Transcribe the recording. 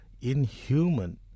inhuman